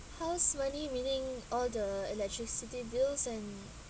house meaning all the electricity bills and